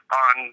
on